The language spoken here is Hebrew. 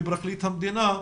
לפרקליט המדינה,